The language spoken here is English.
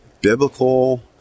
biblical